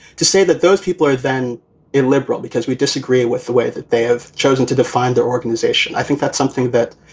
to say that those people are then a liberal because we disagree with the way that they have chosen to define their organization, i think that's something that